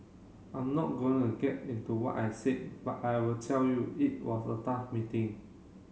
I'm not going to get into what I said but I will tell you it was a tough meeting